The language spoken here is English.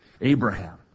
Abraham